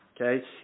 okay